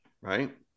right